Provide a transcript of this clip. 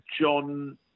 John